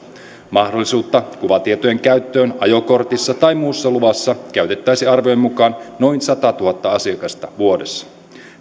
mahdollisuutta kuvatietojen käyttöön ajokortissa tai muussa luvassa käyttäisi arvioiden mukaan noin satatuhatta asiakasta vuodessa